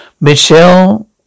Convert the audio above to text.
Michelle